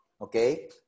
Okay